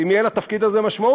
ואם יהיה לתפקיד הזה משמעות,